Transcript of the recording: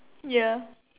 ya